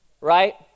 right